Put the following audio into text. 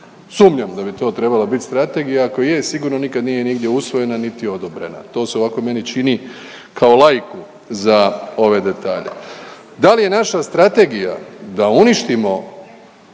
Sumnjam da bi to trebala bit strategija, ako je sigurno nikad nije nigdje usvojena niti odobrena, to se ovako meni čini kao laiku za ove detalje. Da li je naša strategija da uništimo